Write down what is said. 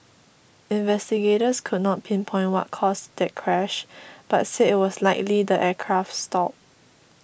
investigators could not pinpoint what caused that crash but said it was likely the aircraft stall